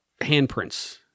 handprints